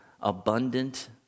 abundant